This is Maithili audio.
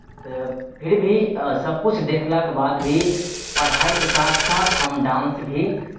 तऽ फिर भी सभकिछु देखलाके बाद भी पढ़ाइके साथ साथ हम डान्स भी